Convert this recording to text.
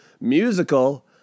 Musical